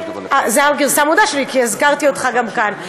זאת גרסת ה"מודה" שלי, כי הזכרתי אותך גם כאן.